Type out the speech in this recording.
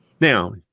Now